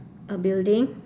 a building